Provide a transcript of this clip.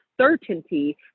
certainty